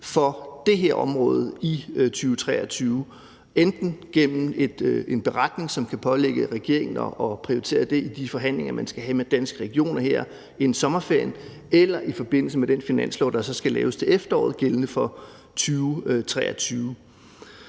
af det her område i 2023 – enten gennem en beretning, som kan pålægge regeringen at prioritere det i de forhandlinger, regeringen skal have med Danske Regioner her inden sommerferien, eller i forbindelse med den finanslov, der så skal laves til efteråret gældende for 2023.